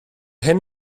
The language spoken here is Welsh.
hyn